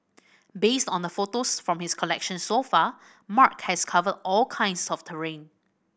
based on the photos from his collection so far Mark has covered all kinds of terrain